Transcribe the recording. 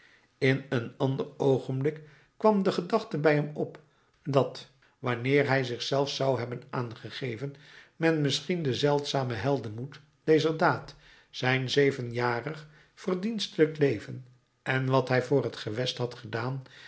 in een ander oogenblik kwam de gedachte bij hem op dat wanneer hij zich zelf zou hebben aangegeven men misschien den zeldzamen heldenmoed dezer daad zijn zevenjarig verdienstelijk leven en wat hij voor het gewest had gedaan